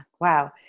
Wow